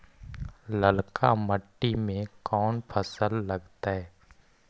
ललका मट्टी में कोन फ़सल लगतै?